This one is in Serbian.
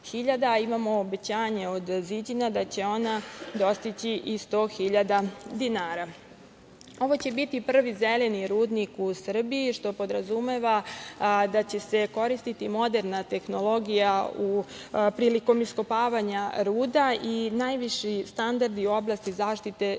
Imamo obećanje od „Ziđina“ da će ona dostići i 1000.000 dinara. Ovo će biti prvi zeleni rudnik u Srbiji što podrazumeva da će se koristiti moderna tehnologija prilikom iskopavanja ruda i najviši standardi u oblasti zaštite životne